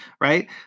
right